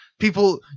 people